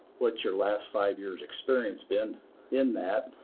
what's your last five years' experience been in that?